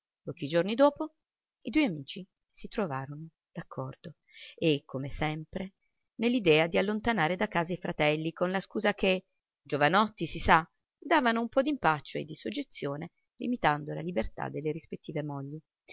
pochi giorni dopo i due amici si trovarono d'accordo come sempre nell'idea di allontanare da casa i fratelli con la scusa che giovanotti si sa davano un po d'impaccio e di soggezione limitando la libertà delle rispettive molli